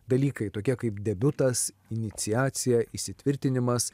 dalykai tokie kaip debiutas iniciacija įsitvirtinimas